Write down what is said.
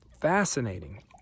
fascinating